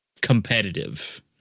competitive